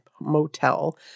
Motel